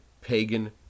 pagan